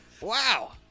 Wow